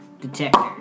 detector